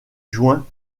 joint